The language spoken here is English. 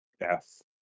Yes